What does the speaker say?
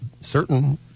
certain